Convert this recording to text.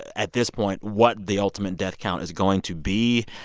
at this point, what the ultimate death count is going to be.